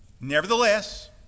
nevertheless